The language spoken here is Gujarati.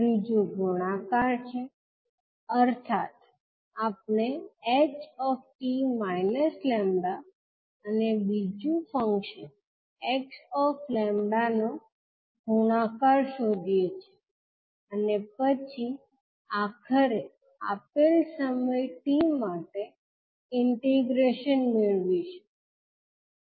ત્રીજુ ગુણાકાર છે અર્થાત આપણે ℎ 𝑡 𝜆 અને બીજું ફંક્શન 𝑥𝜆 નો ગુણાકાર શોધીએ છીએ અને પછી આખરે આપેલ સમય t માટે ઈન્ટીગ્રૅશન મેળવીશું